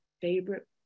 favorite